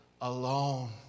alone